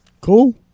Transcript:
Cool